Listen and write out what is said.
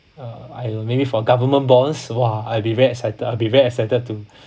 uh I uh maybe for government bonds !wah! I'll be very excited I'll be very excited to